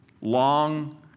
long